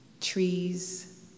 trees